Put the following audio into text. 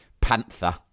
panther